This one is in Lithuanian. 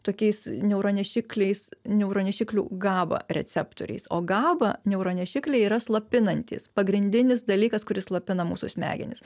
tokiais neuronešikliais neuronešiklių gaba receptoriais o gaba neuronešikliai yra slopinantys pagrindinis dalykas kuris slopina mūsų smegenis